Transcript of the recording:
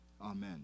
Amen